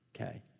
Okay